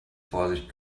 vorsicht